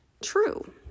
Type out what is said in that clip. true